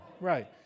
right